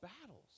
battles